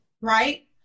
right